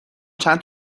چند